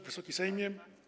Wysoki Sejmie!